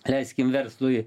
leiskim verslui